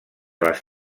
les